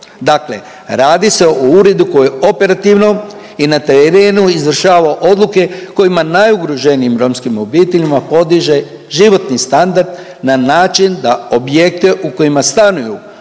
Dakle, radi se o uredu koji operativno i na terenu izvršava odluke kojima najugroženijim romskim obiteljima podiže životni standard na način da objekte u kojima stanuju